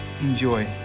Enjoy